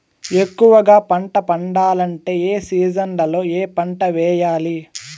ఎక్కువగా పంట పండాలంటే ఏ సీజన్లలో ఏ పంట వేయాలి